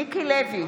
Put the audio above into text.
מיקי לוי,